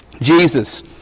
Jesus